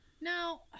Now